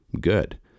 good